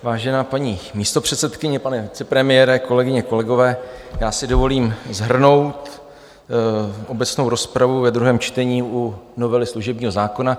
Vážená paní místopředsedkyně, pane vicepremiére, kolegyně, kolegové, já si dovolím shrnout obecnou rozpravu ve druhém čtení u novely služebního zákona.